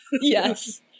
Yes